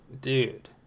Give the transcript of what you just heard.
dude